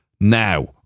now